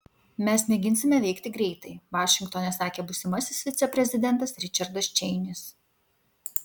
mes mėginsime veikti greitai vašingtone sakė būsimasis viceprezidentas ričardas čeinis